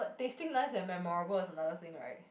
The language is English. but tasting nice and memorable is another thing right